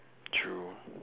true